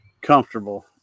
comfortable